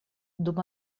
dum